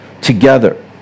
together